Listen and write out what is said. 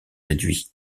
réduits